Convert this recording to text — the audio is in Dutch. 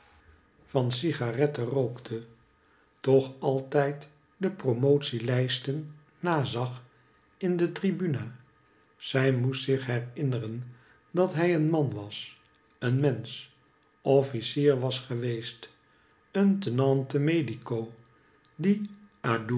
van cigaretten rookte toch akyd dc promotie lijstcn nazag in dc tribuna zij moest zich herinneren dat hij een man was een mensch offirier was geweest een tenente medico die